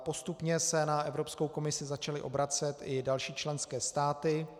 Postupně se na Evropskou komisi začaly obracet i další členské státy.